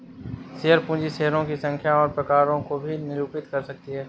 share पूंजी शेयरों की संख्या और प्रकारों को भी निरूपित कर सकती है